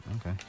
okay